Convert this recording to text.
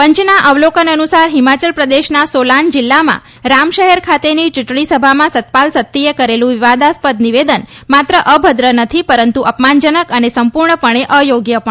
પંચના અવલોકન અનુસાર હિમાચલ પ્રદેશના સોલાન જીલ્લામાં રામ શહેર ખાતેની ચુંટણી સભામાં સતપાલ સત્તીએ કરેલુ વિવાદાસ્પદ નિવેદન માત્ર અભદ્ર નથી પરંતુ અપમાન જનક અને સંપુર્ણ પણે અયોગ્ય પણ છે